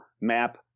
map